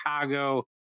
Chicago